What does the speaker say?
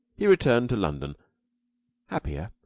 he returned to london happier,